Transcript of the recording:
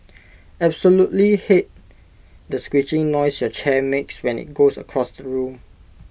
absolutely hate the screeching noise your chair makes when IT goes across the room